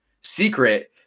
secret